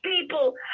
people